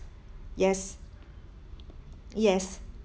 yes yes